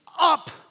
up